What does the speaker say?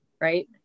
right